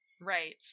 Right